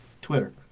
Twitter